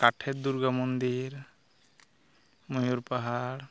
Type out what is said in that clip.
ᱠᱟᱴᱷᱮᱨ ᱫᱩᱨᱜᱟ ᱢᱚᱱᱫᱤᱨ ᱢᱚᱭᱩᱨ ᱯᱟᱦᱟᱲ